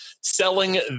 selling